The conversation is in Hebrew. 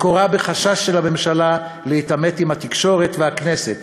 מקורה בחשש של הממשלה להתעמת עם התקשורת ועם הכנסת